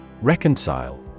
Reconcile